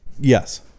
Yes